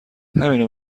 همینو